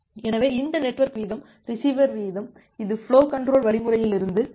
எனவே இந்த நெட்வொர்க் வீதம் ரிசீவர் வீதம் இது ஃபுலோ கன்ட்ரோல் வழிமுறையிலிருந்து வருகிறது